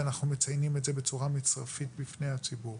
ואנחנו מציינים את זה בצורה מצרפית בפני הציבור.